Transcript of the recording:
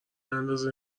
اندازه